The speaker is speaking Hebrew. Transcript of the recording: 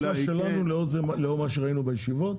זו דרישה שלנו לאור מה שראינו בישיבות.